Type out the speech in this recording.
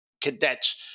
cadets